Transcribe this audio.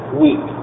weak